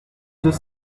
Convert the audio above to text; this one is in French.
deux